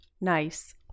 Nice